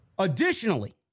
Additionally